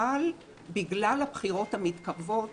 אבל בגלל הבחירות המתקרבות